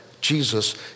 Jesus